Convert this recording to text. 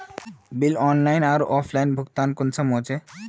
Bill online आर offline भुगतान कुंसम होचे?